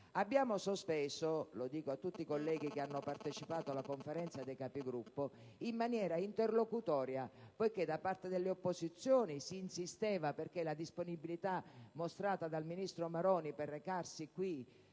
- e mi rivolgo a tutti i colleghi che hanno partecipato alla Conferenza dei Capigruppo - in maniera interlocutoria, poiché da parte delle opposizioni si insisteva perché la disponibilità mostrata dal ministro Maroni di venire in